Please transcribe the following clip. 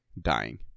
Dying